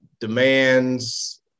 demands